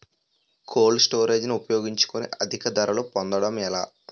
Cold storage ని ఉపయోగించుకొని అధిక ధరలు పొందడం ఎలా?